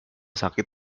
sakit